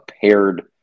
paired